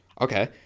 okay